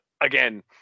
again